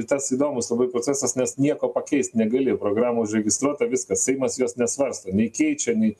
tas įdomus labai procesas nes nieko pakeist negali programa užregistruota viskas seimas jos nesvarsto nei keičia nei